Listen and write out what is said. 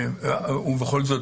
ובכל זאת,